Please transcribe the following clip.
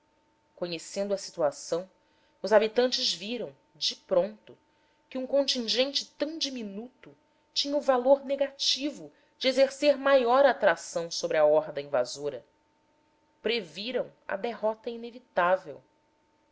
conhecendo a situação os habitantes viram de pronto que um contingente tão diminuto tinha o valor negativo de exercer maior atração sobre a horda invasora previram a derrota inevitável